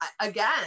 again